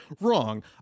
Wrong